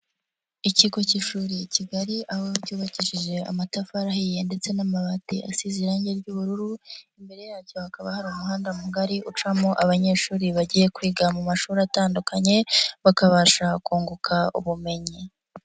Ikigo cy'ishuri i kigali aho byubakishije amatafari ahiye ndetse n'amabati asize irangi ry'ubururu, imbere yacyo hakaba hari umuhanda mugari ucamo abanyeshuri bagiye kwiga mu mashuri atandukanye bakabasha kunguka ubumenyi.